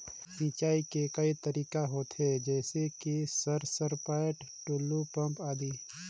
सिंचाई के कई तरीका होथे? जैसे कि सर सरपैट, टुलु पंप, आदि?